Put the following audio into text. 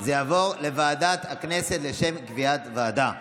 זה יעבור לוועדת הכנסת לשם קביעת ועדה.